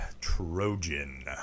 Trojan